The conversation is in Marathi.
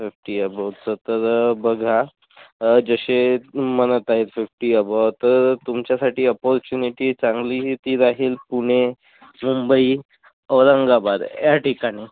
फिफ्टी अबोव्ह तर तर बघा जसे तुम्ही म्हणत आहे फिफ्टी अबोव्ह तर तुमच्यासाठी ऑपर्च्युनिटी चांगली ही ती राहील पुणे मुंबई औरंगाबाद या ठिकाणी